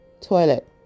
toilet